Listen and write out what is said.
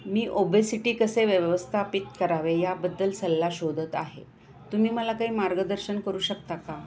मी obesity कसे व्यवस्थापित करावे याबद्दल सल्ला शोधत आहे तुम्ही मला काही मार्गदर्शन करू शकता का